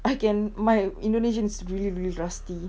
I can my indonesian is really really rusty